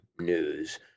news